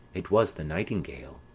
it was the nightingale.